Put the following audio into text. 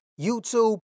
YouTube